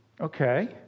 Okay